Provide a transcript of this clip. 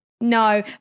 no